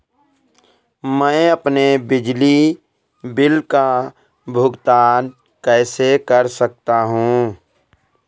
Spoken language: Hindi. मैं अपने बिजली बिल का भुगतान कैसे कर सकता हूँ?